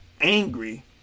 angry